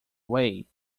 way